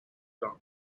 dog